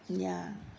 ya